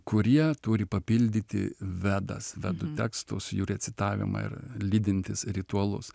kurie turi papildyti vedas vedų tekstus jų recitavimą ir lydintys ritualus